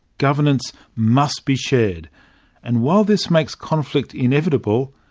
governance must be shared and while this makes conflict inevitable,